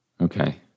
Okay